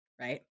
right